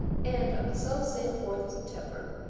and on the selfsame fourth of september,